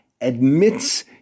admits